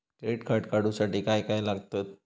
Credit card काढूसाठी काय काय लागत?